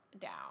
down